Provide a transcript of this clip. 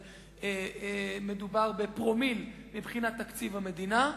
מדובר בפרומיל מבחינת תקציב המדינה.